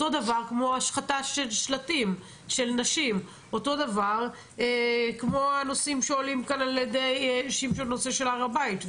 כמו השחתה של שלטי נשים או הנושאים שעולים כאן בנושא הר הבית.